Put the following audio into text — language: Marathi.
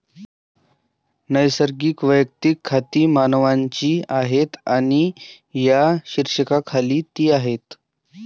नैसर्गिक वैयक्तिक खाती मानवांची आहेत आणि या शीर्षकाखाली ती आहेत